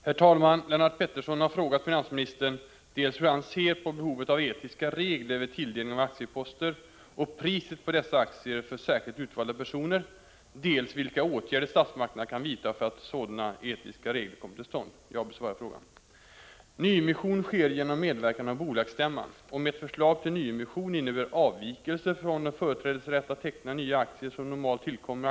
Herr talman! Lennart Pettersson har frågat finansministern dels hur han ser på behovet av etiska regler vid tilldelning av aktieposter och priset på dessa aktier för särskilt utvalda personer, dels vilka åtgärder statsmakterna kan vidta för att sådana etiska regler kommer till stånd. Arbetet inom regeringen är så fördelat att det är jag som skall svara på frågan. Nyemission sker genom medverkan av bolagsstämman.